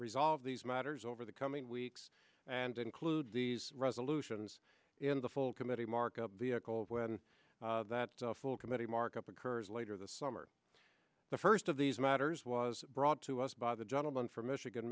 resolve these matters over the coming weeks and include these resolutions in the full committee markup the ickle when that full committee markup occurs later this summer the first of these matters was brought to us by the gentleman from michigan